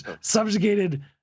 Subjugated